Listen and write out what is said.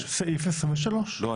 יש סעיף 23. לא,